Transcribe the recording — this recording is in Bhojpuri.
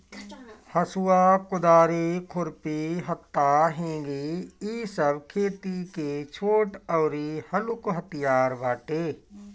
हसुआ, कुदारी, खुरपी, हत्था, हेंगी इ सब खेती के छोट अउरी हलुक हथियार बाटे